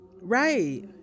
Right